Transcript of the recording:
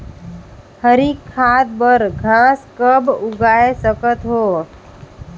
हरी खाद बर घास कब उगाय सकत हो?